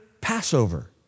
Passover